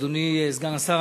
אדוני סגן השר,